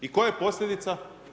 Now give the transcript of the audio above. I koja je posljedica?